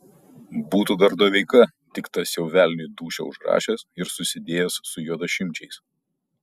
būtų dar doveika tik tas jau velniui dūšią užrašęs ir susidėjęs su juodašimčiais